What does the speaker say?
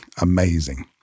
amazing